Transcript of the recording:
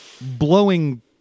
blowing